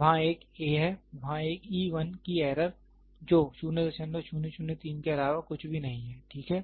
वहाँ एक a है वहाँ एक e 1 की एरर जो 00003 के अलावा कुछ भी नहीं है ठीक है